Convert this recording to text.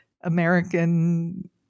American